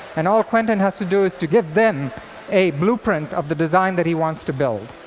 and all quentin has to do is to give them a blueprint of the design that he wants to build.